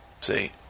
See